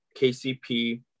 KCP